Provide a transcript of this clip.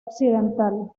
occidental